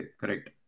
correct